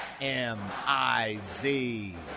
M-I-Z